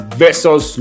versus